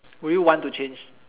will you want to change